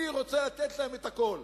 אני רוצה לתת להם הכול,